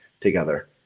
together